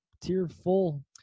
tearful